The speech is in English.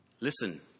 listen